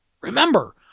Remember